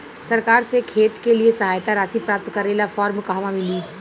सरकार से खेत के लिए सहायता राशि प्राप्त करे ला फार्म कहवा मिली?